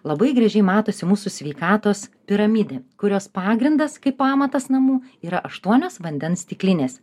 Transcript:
labai gražiai matosi mūsų sveikatos piramidė kurios pagrindas kaip pamatas namų yra aštuonios vandens stiklinės